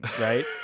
right